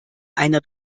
einer